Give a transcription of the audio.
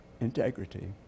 integrity